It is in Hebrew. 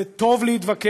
זה טוב להתווכח,